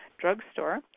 drugstore